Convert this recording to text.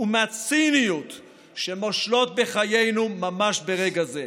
ומהציניות שמושלות בחיינו ממש ברגע זה.